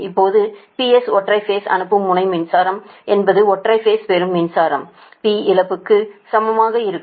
இதேபோல் PS ஒற்றை phase அனுப்பும் முனை மின்சாரம் என்பது ஒற்றை பேஸ் பெறும் மின்சாரம் பிளஸ் P இழப்புக்கு சமமாக இருக்கும்